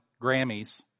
Grammys